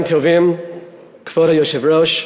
כבוד היושב-ראש,